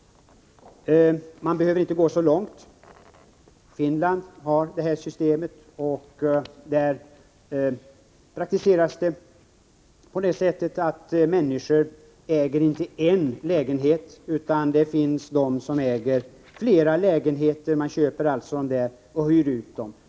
Vi behöver inte gå längre än till Finland för att få exempel på detta. Där har man infört detta system, och där förekommer det att människor inte äger en lägenhet utan flera lägenheter, som de har köpt och sedan hyr ut.